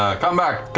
ah come back,